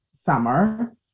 summer